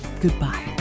goodbye